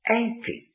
anti